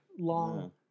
Long